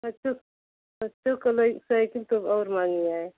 बच्चों बच्चों को लई सइकिल तो और महँगी है